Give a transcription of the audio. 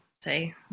say